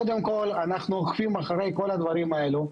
קודם כול, אנחנו אוכפים את כל הדברים האלה.